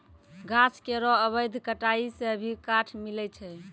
गाछ केरो अवैध कटाई सें भी काठ मिलय छै